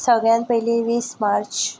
सगळ्यांत पयलीं वीस मार्च